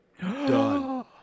done